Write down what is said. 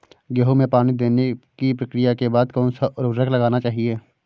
गेहूँ में पानी देने की प्रक्रिया के बाद कौन सा उर्वरक लगाना चाहिए?